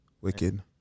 Wicked